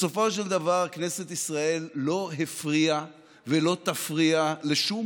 בסופו של דבר כנסת ישראל לא הפריעה ולא תפריע לשום